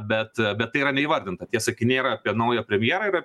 bet bet tai yra neįvardinta tie sakiniai yra apie naują premjerą ir apie